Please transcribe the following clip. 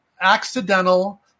accidental